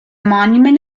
monument